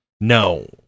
No